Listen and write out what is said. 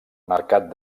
mercat